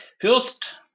first